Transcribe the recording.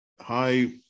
hi